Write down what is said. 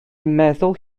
meddwl